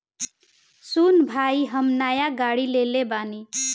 सुन भाई हम नाय गाड़ी लेले बानी